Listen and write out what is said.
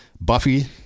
Buffy